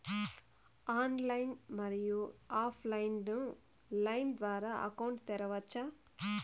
Online, మరియు offline line ద్వారా account తెరవచ్చా?